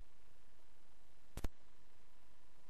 את תהליך